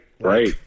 Right